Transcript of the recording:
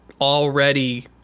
already